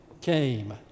came